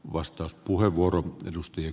arvoisa puhemies